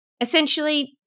Essentially